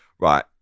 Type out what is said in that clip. Right